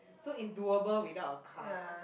so is doable without a car